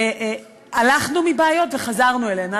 הלכנו מבעיות וחזרו אליהן,